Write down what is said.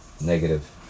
negative